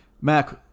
Mac